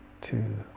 two